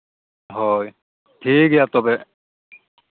ᱦᱳᱭ ᱴᱷᱤᱠ ᱜᱮᱭᱟ ᱛᱚᱵᱮ